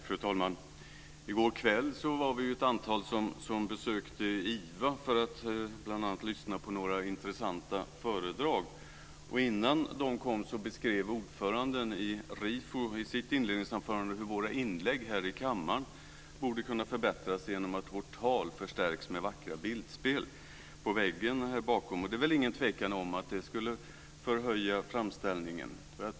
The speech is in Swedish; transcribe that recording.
Fru talman! I går kväll var vi ett antal som besökte IVA för att bl.a. lyssna på några intressanta föredrag, och innan föredragshållarna kom beskrev ordföranden i RIFO i sitt inledningsanförande hur våra inlägg här i kammaren borde kunna förbättras genom att vårt tal förstärks med vackra bildspel på väggen här bakom, och det är väl ingen tvekan om att det skulle förhöja framställningen.